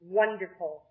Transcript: wonderful